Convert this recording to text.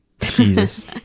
jesus